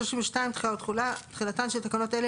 תחילה ותחולה 32. (א)תחילתן של תקנות אלה,